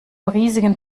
riesigen